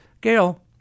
Gail